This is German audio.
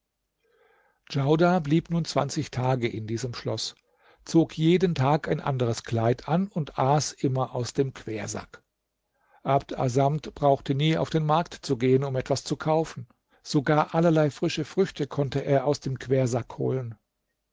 djaudar blieb nun zwanzig tage in diesem schloß zog jeden tag ein anderes kleid an und aß immer aus dem quersack abd assamd brauchte nie auf den markt zu gehen um etwas zu kaufen sogar allerlei frische früchte konnte er aus dem quersack holen